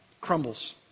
Crumbles